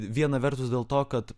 viena vertus dėl to kad